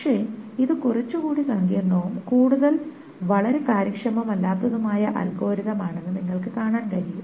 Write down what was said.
പക്ഷേ ഇത് കുറച്ചുകൂടി സങ്കീർണ്ണവും കൂടാതെ വളരെ കാര്യക്ഷമമല്ലാത്തതുമായ അൽഗോരിതം ആണെന്ന് നിങ്ങൾക്ക് കാണാൻ കഴിയും